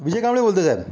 विजय कामळे बोलतो साहेब